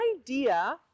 idea